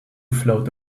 float